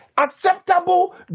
Acceptable